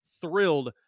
thrilled